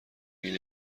گین